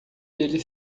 ele